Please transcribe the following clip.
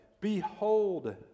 Behold